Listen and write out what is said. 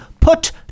put